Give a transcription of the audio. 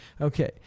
Okay